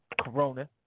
Corona